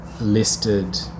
listed